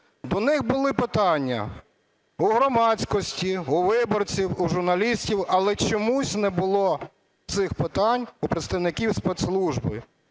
до них були питання: у громадськості, у виборців, у журналістів, але чомусь не було цих питань у представників спецслужби.